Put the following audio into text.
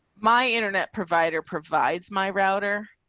my internet provider provides my router.